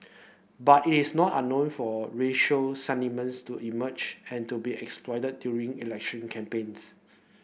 but it is not unknown for racial sentiments to emerge and to be exploited during election campaigns